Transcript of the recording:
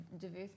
diverse